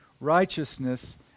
righteousness